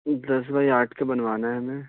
دس بائی آٹھ کا بنوانا ہے ہمیں